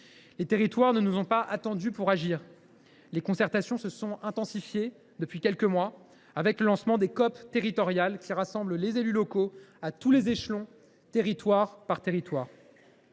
Les territoires ne nous ont pas attendus pour agir. Les concertations se sont intensifiées depuis quelques mois, avec le lancement des COP territoriales, qui rassemblent les élus locaux à tous les échelons, territoire par territoire.